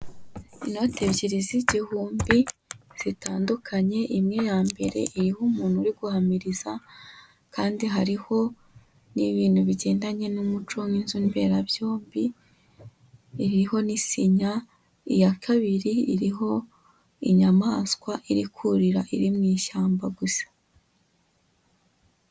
Inote ebyiri z'igihumbi zitandukanye, imwe ya mbere iriho umuntu uri guhamiriza kandi hariho n'ibintu bigendanye n'umuco nk'inzu mberabyombi iriho n'isinya, iya kabiri iriho inyamaswa iri kurira iri mu ishyamba gusa.